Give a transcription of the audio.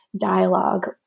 dialogue